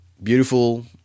Beautiful